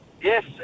Yes